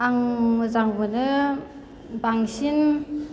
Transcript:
आं मोजां मोनो बांसिन